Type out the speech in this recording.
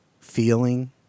feeling